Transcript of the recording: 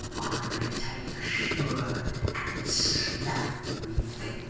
i may take a sure and slow revenge